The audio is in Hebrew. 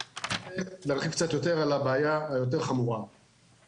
ארחיב קצת יותר על הבעיה היותר חמורה,